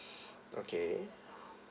okay